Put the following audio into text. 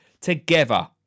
Together